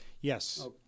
Yes